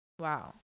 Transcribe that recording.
Wow